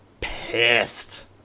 pissed